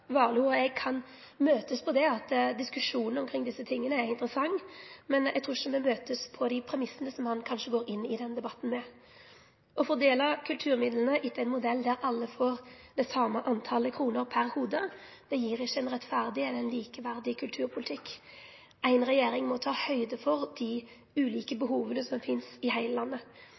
eg kan møtast på at diskusjonen omkring desse tinga er interessant, men eg trur ikkje me møtast på dei premissane som han går inn i denne debatten med. Å fordele kulturmidlane etter ein modell der alle får like mange kroner per hovud, gir ikkje ein rettferdig eller likeverdig kulturpolitikk. Ei regjering må ta høgde for dei ulike behova som finst i heile landet.